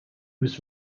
was